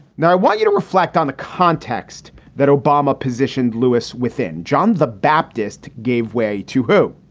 now i want you to reflect on the context that obama positioned lewis within john the baptist gave way to who?